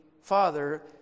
Father